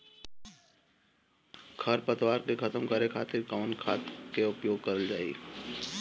खर पतवार के खतम करे खातिर कवन खाद के उपयोग करल जाई?